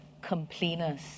complainers